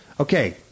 Okay